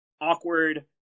awkward